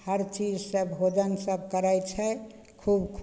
हरचीज सब भोजन सब करय छै खूब